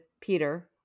Peter